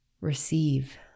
receive